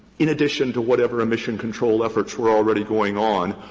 in addition to whatever emission control efforts were already going on,